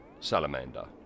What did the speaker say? salamander